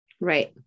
Right